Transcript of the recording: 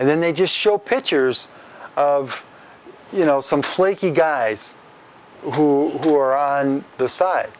and then they just show pictures of you know some flaky guys who were on the side